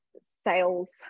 sales